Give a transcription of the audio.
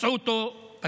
פצעו אותו ברגל.